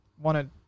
wanted